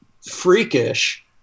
freakish